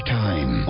time